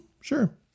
Sure